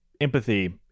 empathy